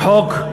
וחוק,